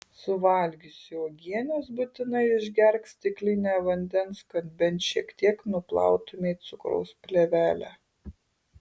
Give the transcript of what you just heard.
suvalgiusi uogienės būtinai išgerk stiklinę vandens kad bent šiek tiek nuplautumei cukraus plėvelę